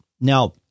Now